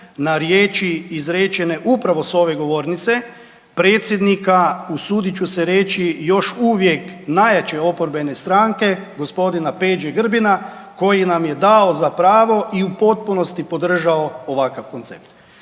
na riječi izrečene upravo s ove govornice, predsjednika, usudit ću se reći još uvijek, najjače oporbene stranke, gospodina Peđe Grbina, koji nam je dao za pravo i u potpunosti podržao ovakav koncept.